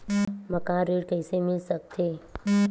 मकान ऋण कइसे मिल सकथे?